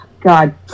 God